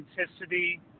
authenticity